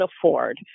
afford